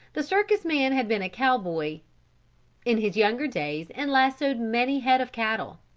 the circus-man had been a cowboy in his younger days and lassoed many head of cattle.